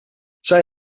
zij